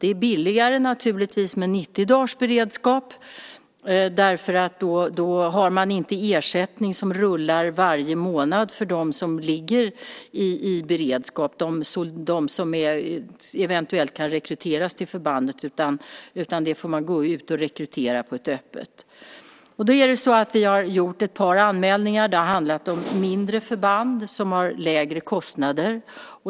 Det är naturligtvis billigare med 90 dagars beredskap eftersom man då inte har ersättning som rullar varje månad för dem som ligger i beredskap och eventuellt kan rekryteras till förbandet. Man får rekrytera öppet. Vi har gjort ett par anmälningar. Det har handlat om mindre förband som har lägre kostnader.